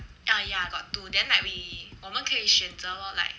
ah ya got two then like we 我们可以选择 lor like